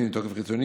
חיצוני,